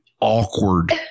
awkward